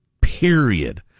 Period